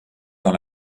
dans